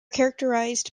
characterized